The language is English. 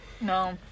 No